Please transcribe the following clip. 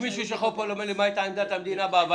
האם מישהו פה שיכול להגיד לי מה היתה עמדת המדינה בהבנות?